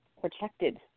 protected